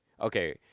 Okay